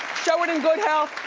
show it in good health,